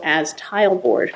as tile board